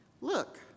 Look